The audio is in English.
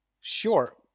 Sure